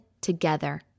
together